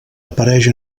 apareix